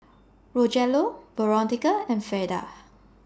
Rogelio Veronica and Fleda